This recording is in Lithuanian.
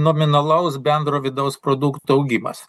nominalaus bendro vidaus produkto augimas